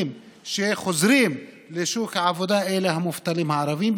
שחוזרים לשוק העבודה אלה המובטלים הערבים,